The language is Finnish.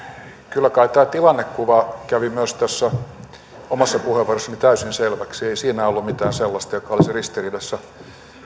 kyllä kai tämä tilannekuva kävi myös omassa puheenvuorossani täysin selväksi ei siinä ollut mitään sellaista joka olisi ristiriidassa